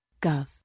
Gov